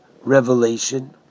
Revelation